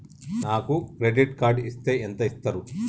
నాకు credit card ఇస్తే ఎంత ఇస్తరు?